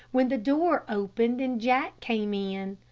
when the door opened and jack came in.